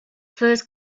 first